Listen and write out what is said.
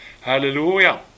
Hallelujah